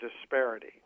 disparity